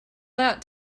that